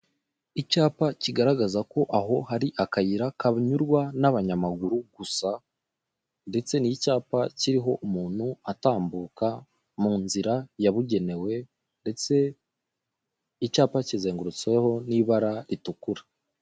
Icyapa kigaragaza ko aho hari akayira kanyurwa n'abanyamaguru gusa ndetse ni icyapa kiriho umuntu atambuka mu nzira yabugenewe ndetse icyapa kizengurutsweho n'ibara ritukura.